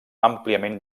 àmpliament